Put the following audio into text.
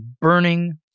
burning